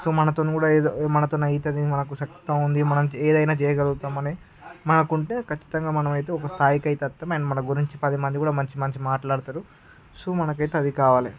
so మనతోని కూడా అయి మనతోని అవుతది మనకి సత్తా ఉంది మనం ఏదైనా చేయగలుగుతాం అని మనకి ఉంటే ఖచ్చితంగా మనము అయితే ఒక స్థాయికి అయితే వస్తం అండ్ మన గురించి పది మంది కూడా మంచి మంచి మాట్లాడుతారు సో మనకు అయితే అది కావాలి